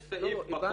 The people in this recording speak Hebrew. יש סעיף בחוק,